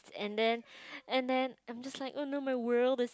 and then and then I'm just like oh no my world is